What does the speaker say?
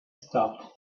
stopped